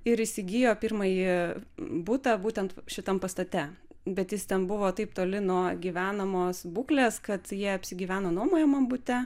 ir įsigijo pirmąjį butą būtent šitam pastate bet jis ten buvo taip toli nuo gyvenamos būklės kad jie apsigyveno nuomojamam bute